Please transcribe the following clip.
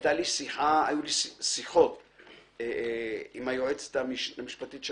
היו לי שיחות עם היועצת המשפטית של